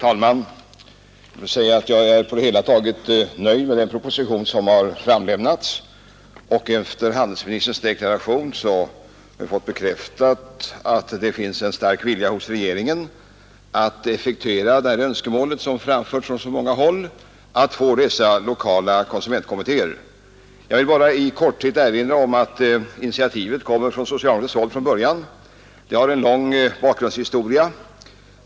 Herr talman! Jag är på det hela taget nöjd med den proposition som har framlämnats. Genom handelsministerns deklaration har vi också fått bekräftat att det finns en stark vilja hos regeringen att effektuera önskemålet om att få lokala konsumentkommittéer, som har framförts från så många håll. Jag vill bara i korthet erinra om att initiativet från början kommer från socialdemokratiskt håll. Förslaget har en lång bakgrundshistoria.